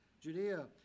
Judea